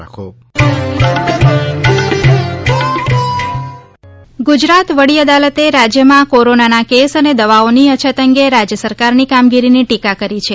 new corona tune વડી અદાલત ગુજરાત વડી અદાલતે રાજ્યમાં કોરોનાના કેસ અને દવાઓની અછત અંગે રાજ્ય સરકારની કામગીરીની ટીકા કરી છે